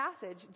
passage